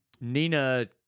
Nina